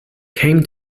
came